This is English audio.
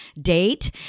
date